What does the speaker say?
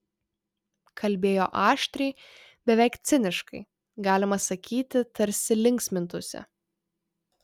kalbėjo aštriai beveik ciniškai galima sakyti tarsi linksmintųsi